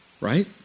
Right